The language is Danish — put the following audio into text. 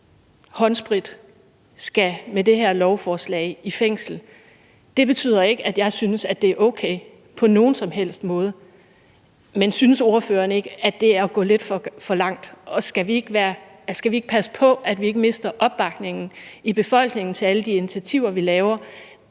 håndsprit, skal med det her lovforslag i fængsel. Det betyder ikke, at jeg synes, at det er okay – på nogen som helst måde – men synes ordføreren ikke, at det er at gå lidt for langt? Skal vi ikke passe på, at vi ikke mister opbakningen i befolkningen til alle de initiativer, vi laver,